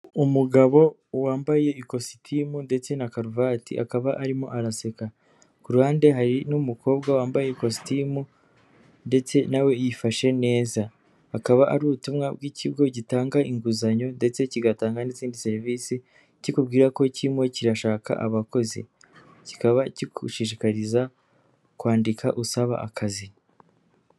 Umugabo wambaye ikositimu ndetse na karuvati akaba arimo araseka ku ruhande hari n'umukobwa wambaye ikositimu ndetse na we yifashe neza, akaba ari ubutumwa bw'ikigo gitanga inguzanyo ndetse kigatanga n'izindi serivisi kikubwira ko kirimo kirashaka abakozi kikaba kigushishikariza kwandika usaba akazi.